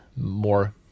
more